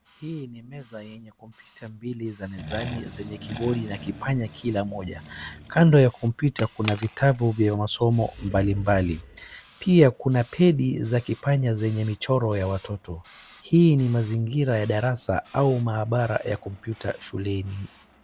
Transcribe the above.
Hii ni meza yenye kompyuta mbili za mezani zenye kibodi na kipanya kila moja. Kando ya kompyuta kuna vitabu vya masomo mbalimbali. Pia kuna pedi ya kipanya zenye michoro ya watoto. Hii ni mazingira ya darasa au maabra ya kopyuta shuleni.